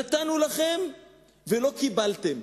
נתנו לכם ולא קיבלתם.